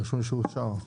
רשום שאושר.